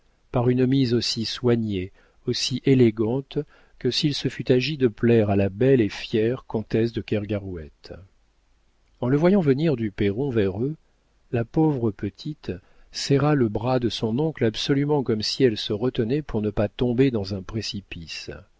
par une mise aussi soignée aussi élégante que s'il se fût agi de plaire à la belle et fière comtesse de kergarouët en le voyant venir du perron vers eux la pauvre petite serra le bras de son oncle absolument comme si elle se retenait pour ne pas tomber dans un précipice